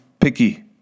picky